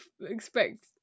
expect